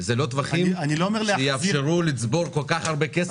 אלה לא טווחים שיאפשרו לצבור כל כך הרבה כסף.